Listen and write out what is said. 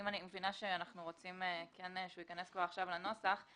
אני מבינה שאנחנו רוצים שהוא כן ייכנס כבר עכשיו לנוסח.